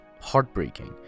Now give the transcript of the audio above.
heartbreaking